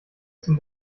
zum